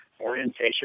orientation